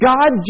God